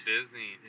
Disney